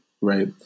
Right